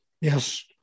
yes